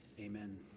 Amen